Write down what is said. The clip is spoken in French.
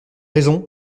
raison